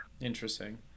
Interesting